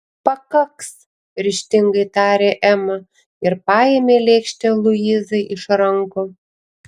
pakaks ryžtingai tarė ema ir paėmė lėkštę luizai iš rankų